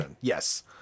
Yes